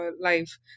life